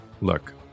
Look